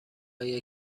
اگر